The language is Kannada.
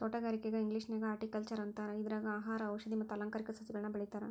ತೋಟಗಾರಿಕೆಗೆ ಇಂಗ್ಲೇಷನ್ಯಾಗ ಹಾರ್ಟಿಕಲ್ಟ್ನರ್ ಅಂತಾರ, ಇದ್ರಾಗ ಆಹಾರ, ಔಷದಿ ಮತ್ತ ಅಲಂಕಾರಿಕ ಸಸಿಗಳನ್ನ ಬೆಳೇತಾರ